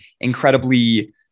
incredibly